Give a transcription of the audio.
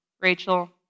Rachel